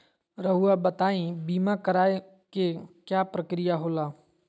रहुआ बताइं बीमा कराए के क्या प्रक्रिया होला?